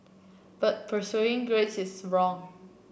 but pursuing grades is wrong